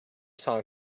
song